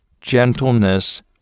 gentleness